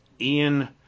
Ian